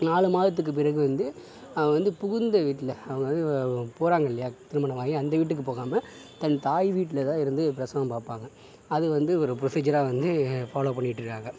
நாலு மாதத்துக்கு பிறகு வந்து வந்து புகுந்த வீட்டில் அவங்க வந்து போறாங்கல்லையா திருமணம் ஆகி அந்த வீட்டுக்கு போகாமல் தன் தாய் வீட்டில் தான் இருந்து பிரசவம் பார்ப்பாங்க அது வந்து ஒரு ப்ரொசீஜராக வந்து ஃபாலோ பண்ணிக்கிட்டு இருக்காங்க